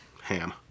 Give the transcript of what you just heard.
Ham